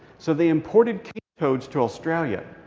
so they imported cane toads to australia.